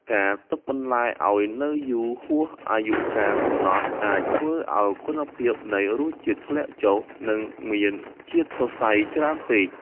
ការទុកបន្លែឱ្យនៅយូរហួសអាយុកាលកំណត់អាចធ្វើឱ្យគុណភាពនៃរសជាតិធ្លាក់ចុះ និងមានជាតិសរសៃច្រើនពេក។